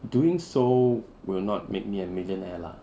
doing so will not make me a millionaire lah